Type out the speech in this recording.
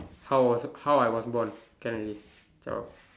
how was how I was born can already zhao